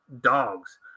dogs